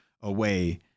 away